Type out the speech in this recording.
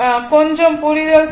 எனவே கொஞ்சம் புரிதல் தேவை